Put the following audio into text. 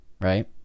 right